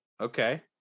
okay